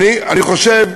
חושב,